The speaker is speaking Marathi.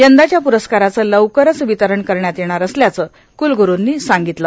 यंदाच्या प्रस्कारांचं लवकरच वितरण करण्यात येणार असल्याचं क्लग्रसंनी सांगगतलं